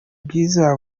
bwiza